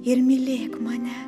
ir mylėk mane